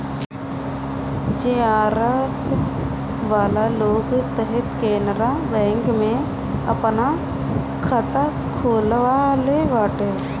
JRF वाला लोग तअ केनरा बैंक में आपन खाता खोलववले बाटे